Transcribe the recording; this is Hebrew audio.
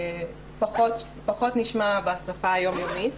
פחות נשמע בשפה היומיומית.